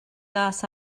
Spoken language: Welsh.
mas